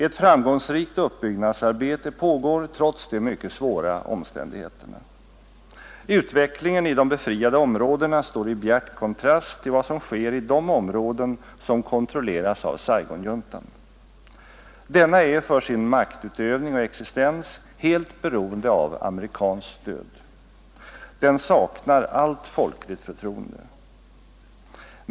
Ett framgångsrikt uppbyggnadsarbete pågår trots de mycket svåra omständigheterna. Utvecklingen i de befriade områdena står i bjärt kontrast till vad som sker i de områden som kontrolleras av Saigonjuntan. Denna är för sin maktutövning och existens helt beroende av amerikanskt stöd. Den saknar allt folkligt förtroende.